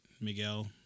Miguel